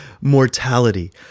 mortality